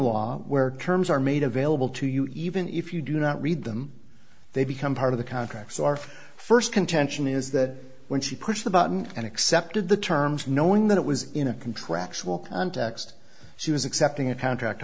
law where terms are made available to you even if you do not read them they become part of the contract so our first contention is that when she pushed the button and accepted the terms knowing that it was in a contractual context she was accepting a contract